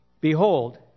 Behold